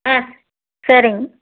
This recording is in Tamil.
ஆ சேரிங்க